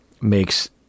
makes